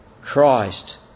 Christ